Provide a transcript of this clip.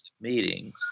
meetings